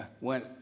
went